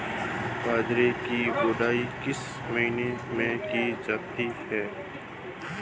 बाजरे की बुवाई किस महीने में की जाती है?